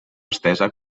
estesa